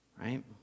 Right